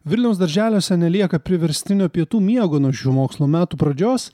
vilniaus darželiuose nelieka priverstinio pietų miego nuo šių mokslo metų pradžios